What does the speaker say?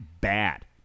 bad